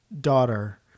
daughter